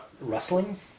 rustling